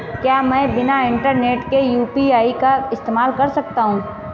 क्या मैं बिना इंटरनेट के यू.पी.आई का इस्तेमाल कर सकता हूं?